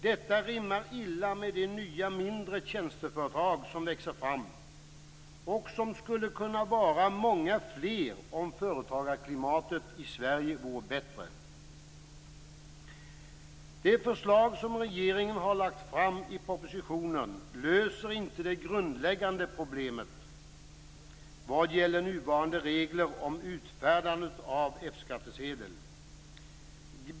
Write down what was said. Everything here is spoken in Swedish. Detta rimmar illa med de nya, mindre tjänsteföretag som växer fram - och som skulle kunna vara många fler om företagarklimatet i Sverige vore bättre. Det förslag som regeringen har lagt fram i propositionen löser inte det grundläggande problemet vad gäller nuvarande regler om utfärdande av F skattsedel.